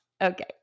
Okay